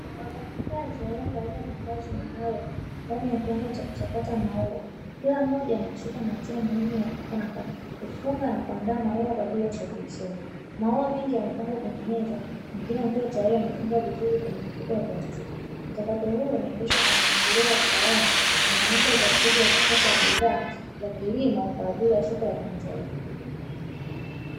Wafanyakazi waliovalia mavazi maalumu ndani ya kiwanda cha kuchakata maua, kila mmoja anahusika na hatua muhimu ya kupanga, kufunga na kuandaa maua kwa ajili ya usafirishaji, maua mengi yanapangwa kwenye meza mengine yakiwa tayari yamepangwa vizuri kwenye mifuko ya plastiki, mchakato huu unaendeshwa kwa mpangilio wa kitaalamu unaonesha uzalishaji wa kisasa wa bidhaa za kilimo kwa ajili ya soko la kimataifa.